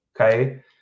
Okay